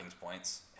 points